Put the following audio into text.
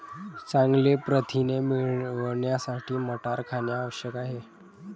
चांगले प्रथिने मिळवण्यासाठी मटार खाणे आवश्यक आहे